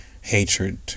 hatred